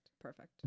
Perfect